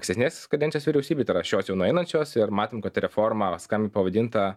akstesnės kadencijos vyriausybėj tai ra šios jau nueinančios ir matom kad reforma skam pavadinta